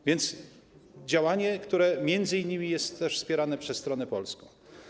A więc działanie, które m.in. jest też wspierane przez stronę polską.